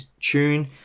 tune